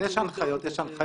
אז יש הנחיות, יש הנחיות.